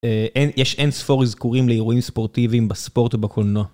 אין, יש אין-ספור הזכורים לאירועים ספורטיביים בספורט ובקולנוע.